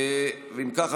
אם כך,